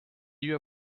your